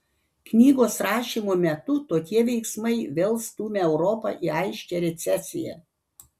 knygos rašymo metu tokie veiksmai vėl stumia europą į aiškią recesiją